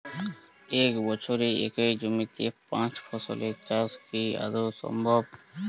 এক বছরে একই জমিতে পাঁচ ফসলের চাষ কি আদৌ সম্ভব?